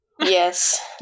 Yes